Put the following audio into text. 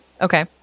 okay